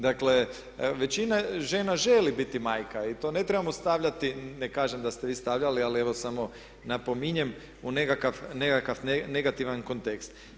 Dakle, većina žena želi biti majka i to ne trebamo stavljati, ne kažem da ste vi stavljali, ali evo samo napominjem u nekakav negativan kontekst.